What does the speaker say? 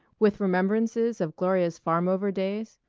with remembrances of gloria's farmover days,